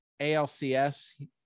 ALCS